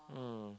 mm